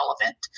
relevant